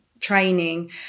training